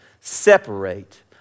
Separate